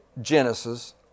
Genesis